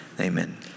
Amen